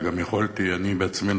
וגם יכולתי אני בעצמי,